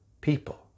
people